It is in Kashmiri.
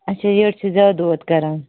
اچھا یٔڑ چھُ زیادٕ دود کران